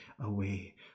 away